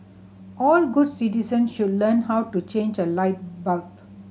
all good citizens should learn how to change a light bulb